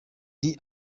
lee